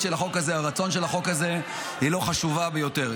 של החוק או הרצון של החוק הזה לא חשובים ביותר.